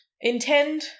Intend